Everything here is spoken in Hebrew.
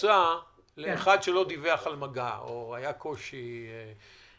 בממוצע לאחד שלא דיווח על מגע, או היה קושי איתו.